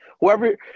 Whoever